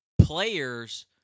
players